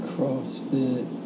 CrossFit